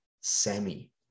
semi